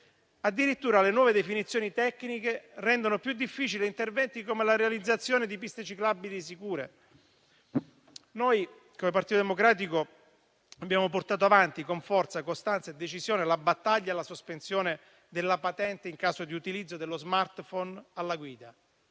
Addirittura le nuove definizioni tecniche rendono più difficili interventi, come la realizzazione di piste ciclabili sicure. Noi, come Partito Democratico, abbiamo portato avanti con forza, costanza e decisione la battaglia per la sospensione della patente in caso di utilizzo dello *smartphone* alla guida,